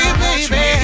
baby